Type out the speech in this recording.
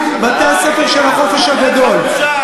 בועז,